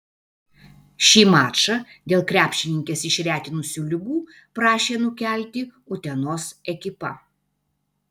šį mačą dėl krepšininkes išretinusių ligų prašė nukelti utenos ekipa